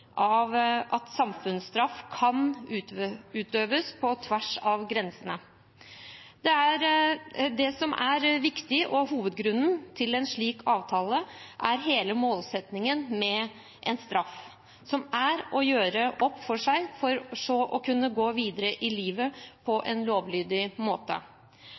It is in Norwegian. av samfunnsstraff kan utøves på tvers av grensene. Det som er viktig, og hovedgrunnen til en slik avtale, er hele målsettingen med en straff, som er å gjøre opp for seg, for så å kunne gå videre i livet på en lovlydig måte.